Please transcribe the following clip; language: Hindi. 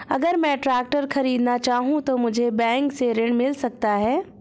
अगर मैं ट्रैक्टर खरीदना चाहूं तो मुझे बैंक से ऋण मिल सकता है?